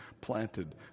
planted